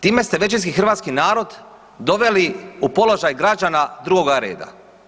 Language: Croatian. Time ste većinski hrvatski narod doveli u položaj građana drugoga reda.